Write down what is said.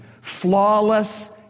flawless